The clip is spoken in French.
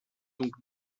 donc